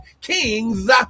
kings